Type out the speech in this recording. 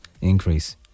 increase